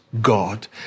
God